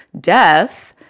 death